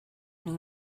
nhw